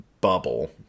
bubble